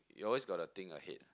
you always gotta think ahead